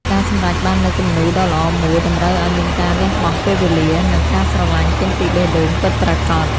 ការសម្រេចបាននូវគំនូរដ៏ល្អមួយតម្រូវឱ្យមានការលះបង់ពេលវេលា និង ការស្រឡាញ់ចេញពីបេះដូងពិតប្រាកដ។